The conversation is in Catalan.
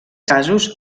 casos